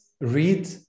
read